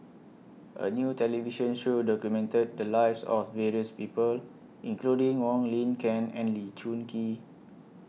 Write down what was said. A New television Show documented The Lives of various People including Wong Lin Ken and Lee Choon Kee